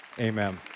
amen